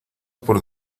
por